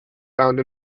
found